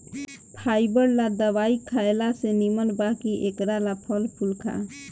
fibre ला दवाई खएला से निमन बा कि एकरा ला फल फूल खा